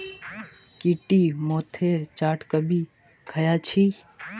की टी मोठेर चाट कभी ख़या छि